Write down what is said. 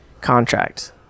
contract